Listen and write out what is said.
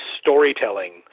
storytelling